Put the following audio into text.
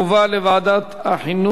לדיון מוקדם בוועדת החינוך,